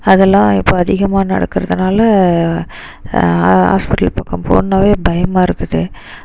அதெல்லாம் இப்போ அதிகமாக நடக்கிறதுனால ஹா ஹாஸ்பிட்டல் பக்கம் போகணும்னாவே பயமாக இருக்குது